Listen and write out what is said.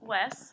Wes